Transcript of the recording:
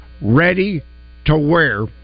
ready-to-wear